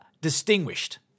distinguished